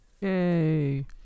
yay